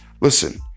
Listen